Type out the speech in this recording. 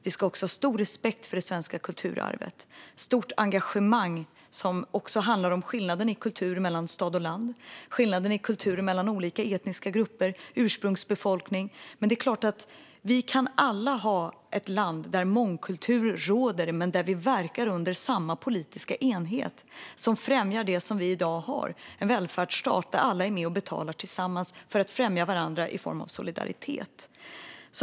Vi ska också ha stor respekt för det svenska kulturarvet och ett stort engagemang som handlar om skillnaden i kultur mellan stad och land och mellan olika etniska grupper och ursprungsbefolkning. Men det är klart att vi alla kan ha ett land där mångkultur råder men där vi verkar under samma politiska enhet som främjar det som vi i dag har: en välfärdsstat där alla är med och betalar tillsammans för att främja varandra i form av solidaritet.